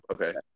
Okay